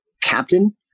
captain